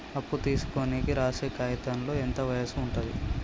అప్పు తీసుకోనికి రాసే కాయితంలో ఎంత వయసు ఉంటది?